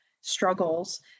struggles